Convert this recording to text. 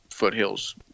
foothills